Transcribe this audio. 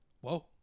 Whoa